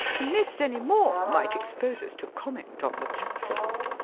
to miss any more might expose us to comment on the platform.